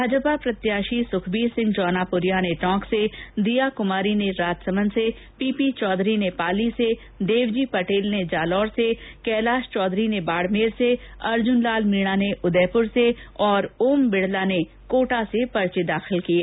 भाजपा प्रत्याषी सुखबीर सिंह जौनपुरिया ने टोंक से दीया कुमारी ने राजसमंद से पीपी चौधरी ने पाली से देवजी पटेल ने जालोर से देवजी पटेल कैलाष चौधरी ने बाडमेर से अर्जुन लाल मीणा ने उदयपुर से ओम बिरला ने कोटा से पर्चे दाखिल किये